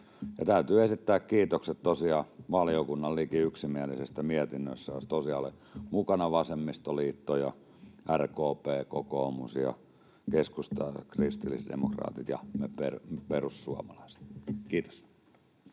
Täytyy esittää kiitokset tosiaan valiokunnan liki yksimielisestä mietinnöstä, jossa olivat mukana vasemmistoliitto, RKP, kokoomus, keskusta, kristillisdemokraatit ja me perussuomalaiset. — Kiitos.